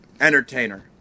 entertainer